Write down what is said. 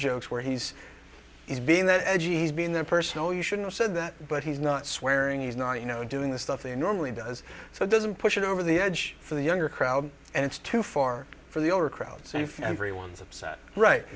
jokes where he's he's being that edgy he's been there personal you shouldn't said that but he's not swearing he's not you know doing the stuff they normally does so it doesn't push it over the edge for the younger crowd and it's too far for the older crowd so you for everyone's upset right